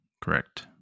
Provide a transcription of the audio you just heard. Correct